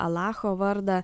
alacho vardą